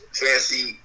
fancy